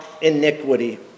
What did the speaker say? iniquity